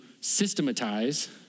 systematize